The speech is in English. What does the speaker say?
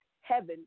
heaven